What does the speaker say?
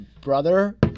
brother